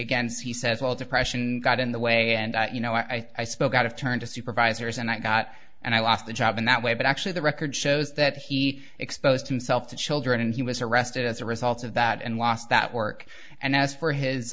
against he says well depression got in the way and you know i spoke out of turn to supervisors and i got and i lost the job in that way but actually the record shows that he exposed himself to children and he was arrested as a result of that and lost that work and as for his